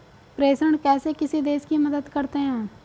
प्रेषण कैसे किसी देश की मदद करते हैं?